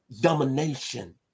domination